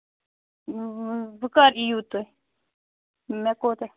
وۅنۍ کر یِیو تُہۍ مےٚ کوتاہ